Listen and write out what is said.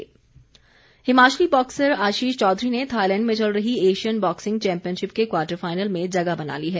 boxing Himachali boxer Ashish Chaudhary ने Thailand में चल रही एशियन बॅक्सिंग चैंपियनशिप के क्वार्टर फाइनल में जगह बना ली है